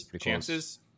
chances